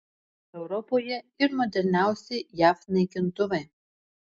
europoje ir moderniausi jav naikintuvai